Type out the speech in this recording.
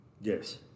Yes